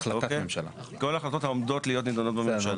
כל החלטות העומדות להיות נידונות בממשלה.